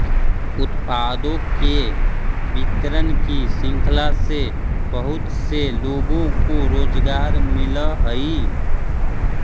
उत्पादों के वितरण की श्रृंखला से बहुत से लोगों को रोजगार मिलअ हई